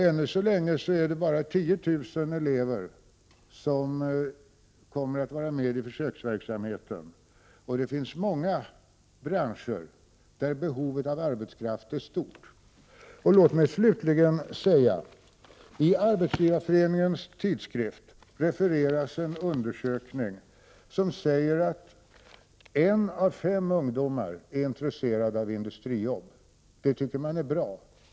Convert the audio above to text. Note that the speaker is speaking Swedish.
Än så länge är det bara 10 000 elever som kommer att vara med i försöksverksamheten, och det finns många branscher där behovet av arbetskraft är stort. Låt mig slutligen säga följande. I Arbetsgivareföreningens tidskrift refereras en undersökning som säger att en av fem ungdomar är intresserad av industrijobb. Det tycker man är bra.